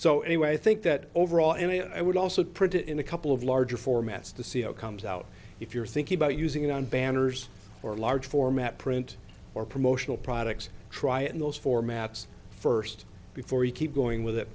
so anyway i think that overall and i would also predict in a couple of larger formats the c e o comes out if you're thinking about using it on banners or large format print or promotional products try it in those formats first before you keep going with it